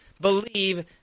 believe